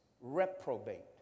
Reprobate